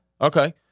Okay